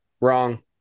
Wrong